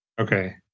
Okay